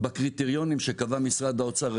בקריטריונים שקבע משרד האוצר.